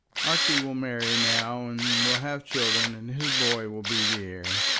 archie will marry now, and will have children, and his boy will be the heir.